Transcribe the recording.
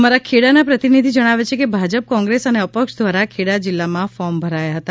અમારા ખેડાના પ્રતિનિધિ જણાવે છે કે ભાજપ કોંગ્રેસ અને અપક્ષ દ્વારા ખેડા જિલ્લામાં ફોર્મ ભરાયા હતા